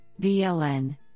VLN